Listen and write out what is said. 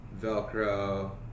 velcro